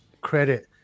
credit